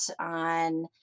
on